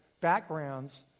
backgrounds